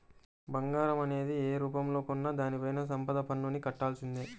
బంగారం అనేది యే రూపంలో కొన్నా దానిపైన సంపద పన్నుని కట్టాల్సిందే